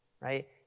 right